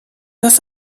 das